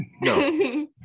No